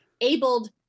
abled